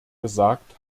gesagt